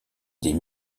des